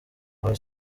aba